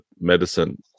medicine